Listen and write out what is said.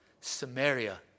Samaria